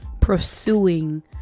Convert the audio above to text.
pursuing